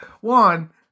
One